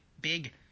big